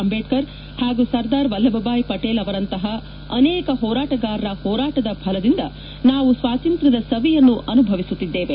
ಅಂಬೇಡ್ಕರ್ ಹಾಗೂ ಸರ್ದಾರ್ ವಲ್ಲಭ ಭಾಯಿ ಪಟೇಲ್ ಅವರಂತಹ ಅನೇಕ ಹೋರಾಟಗಾರರ ಹೋರಾಟದ ಫಲದಿಂದ ನಾವು ಸ್ವಾತಂತ್ರ ್ವದ ಸವಿಯನ್ನು ಅನುಭವಿಸುತ್ತಿದ್ದೇವೆ